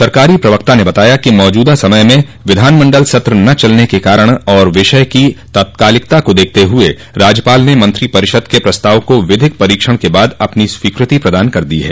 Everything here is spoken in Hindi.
सरकारी प्रवक्ता ने बताया कि मौजूदा समय में विधानमण्डल सत्र न चलने के कारण और विषय की तत्कालिकता को देखते हुए राज्यपाल ने मंत्रिपरिषद के प्रस्ताव को विधिक परीक्षण के बाद अपनी स्वीकृति प्रदान कर दी है